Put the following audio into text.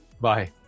Bye